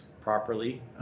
properly